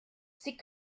sie